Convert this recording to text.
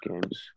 games